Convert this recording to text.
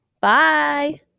Bye